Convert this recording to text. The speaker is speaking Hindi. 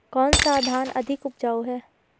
कौन सा धान अधिक उपजाऊ है?